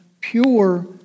pure